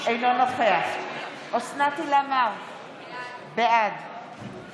אינו נוכח אוסנת הילה מארק, בעד